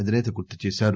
అధినేత గుర్తు చేశారు